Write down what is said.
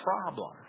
problem